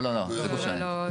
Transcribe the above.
לא לא זה גוף שונה.